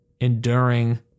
enduring